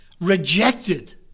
rejected